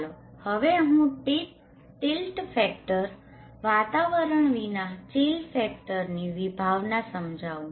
ચાલો હવે હું ટિલ્ટ ફેક્ટર વાતાવરણ વિના ચીલ ફેક્ટરchill factorશીત પરીબળની વિભાવના સમજાવું